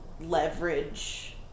leverage